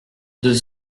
deux